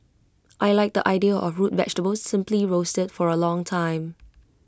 I Like the idea of root vegetables simply roasted for A long time